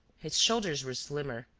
his shoulders were slimmer,